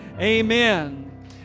Amen